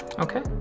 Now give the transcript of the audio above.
Okay